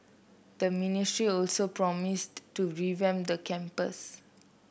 the ministry also promised to revamp the campus